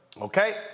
okay